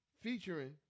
featuring